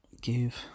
give